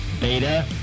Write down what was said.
Beta